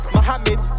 Mohammed